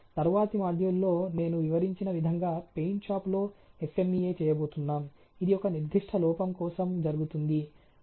తరువాతి మాడ్యూల్లో నేను వివరించిన విధంగా పెయింట్ షాపులో ఎఫ్ఎంఇఎ చేయబోతున్నాం ఇది ఒక నిర్దిష్ట లోపం కోసం జరుగుతుంది